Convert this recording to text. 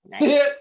Nice